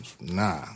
nah